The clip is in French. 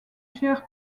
chers